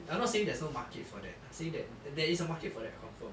I'm not saying there's no market for that I'm saying that there is a market for that confirm